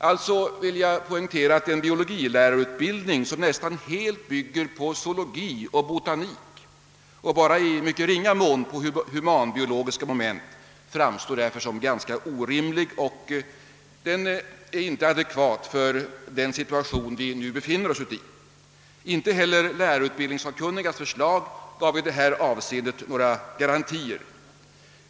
Jag vill alltså poängtera att en biologilärarutbildning som nästan helt bygger på zoologi och botanik men bara i mycket ringa mån på humanbiologiska moment av dessa skäl framstår som ganska orimlig och inte adekvat med tanke på den situation vi nu befinner oss i. Inte heller lärarutbildningssakkunnigas förslag gav några garantier i detta avseende.